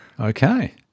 Okay